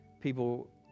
people